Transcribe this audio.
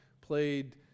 played